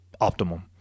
optimal